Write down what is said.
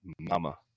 Mama